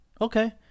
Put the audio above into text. Okay